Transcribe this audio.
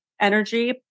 energy